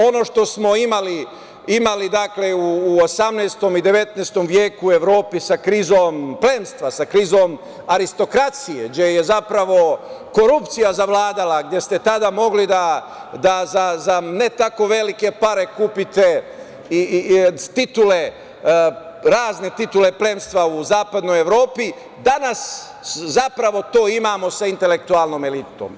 Ono što smo imali u 18. i 19. veku u Evropi sa krizom plemstva, sa krizom aristokratije, gde je zapravo korupcija zavladala, gde ste tada mogli da za ne tako velike pare kupiti titule, razne titule plemstava u zapadnoj Evropi, danas zapravo to imamo sa intelektualnom elitom.